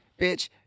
Bitch